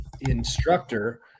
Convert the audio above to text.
instructor